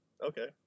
okay